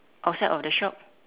outside of the shop